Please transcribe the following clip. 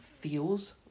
feels